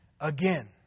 again